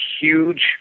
huge